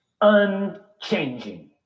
unchanging